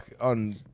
on